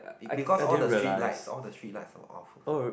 be because all the streetlights all the streetlights are off also